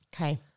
Okay